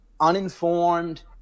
uninformed